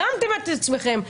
הרמתם את עצמכם,